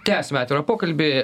tęsiam atvirą pokalbį